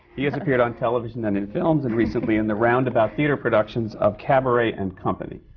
he has appeared on television and in films, and recently in the roundabout theatre productions of cabaret and company.